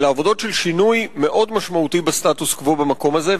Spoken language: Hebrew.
אלא עבודות של שינוי משמעותי מאוד בסטטוס-קוו במקום הזה,